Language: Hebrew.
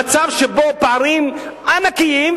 במצב שבו פערים ענקיים,